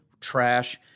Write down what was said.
trash